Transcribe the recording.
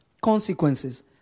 consequences